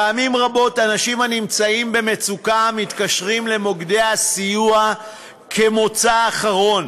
פעמים רבות אנשים הנמצאים במצוקה מתקשרים למוקדי הסיוע כמוצא אחרון.